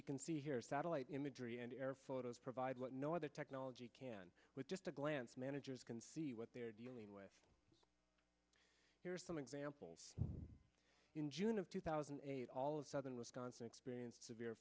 you can see here satellite imagery and air photos provide what no other technology can with just a glance managers can see what they're dealing with here are some examples in june of two thousand and eight all of southern wisconsin experienced severe